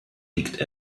liegt